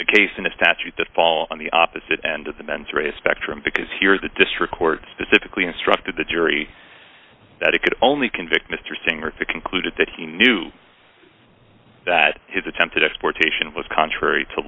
a case in a statute that fall on the opposite end of the mens rea spectrum because here the district court specifically instructed the jury that it could only convict mr singer to conclude that he knew that his attempted exploitation was contrary to